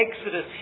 exodus